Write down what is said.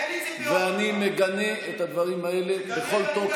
אין לי ציפיות, אין לי ציפיות